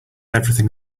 everything